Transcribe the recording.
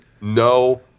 no